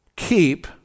Keep